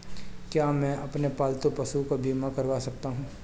क्या मैं अपने पालतू पशुओं का बीमा करवा सकता हूं?